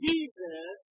Jesus